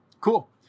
cool